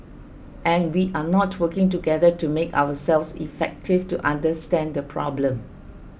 and we are not working together to make ourselves effective to understand the problem